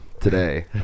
today